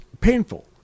painful